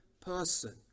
person